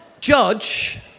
judge